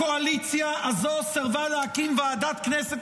הקואליציה הזו סירבה להקים ועדת כנסת